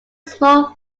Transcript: small